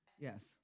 Yes